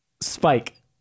Spike